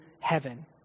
heaven